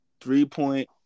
three-point